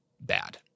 bad